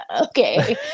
okay